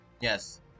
yes